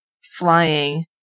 flying